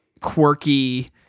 quirky